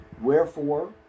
Wherefore